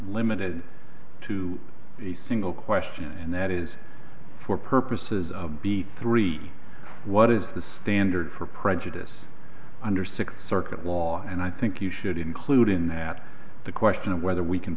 limited to a single question and that is for purposes of beat three what is the standard for prejudice under six circuit law and i think you should include in that the question of whether we can